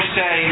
say